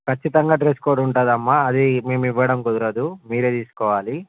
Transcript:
కచ్ఛితంగా dress code ఉంటుందమ్మా అది మేము ఇవ్వడం కుదరదు మీరే తీసుకోవాలి